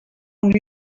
new